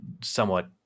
somewhat